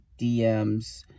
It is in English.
DMs